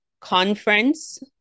conference